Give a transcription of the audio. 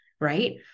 right